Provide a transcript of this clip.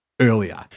earlier